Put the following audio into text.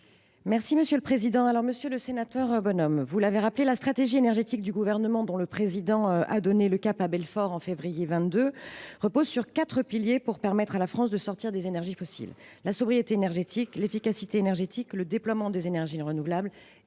Mme la secrétaire d’État. Monsieur le sénateur Bonhomme, vous l’avez rappelé, la stratégie énergétique du Gouvernement, dont le Président de la République a donné le cap à Belfort en février 2022, repose sur quatre piliers pour permettre à la France de sortir des énergies fossiles : la sobriété énergétique, l’efficacité énergétique, le déploiement des énergies renouvelables